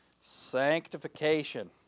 Sanctification